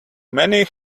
many